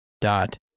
dot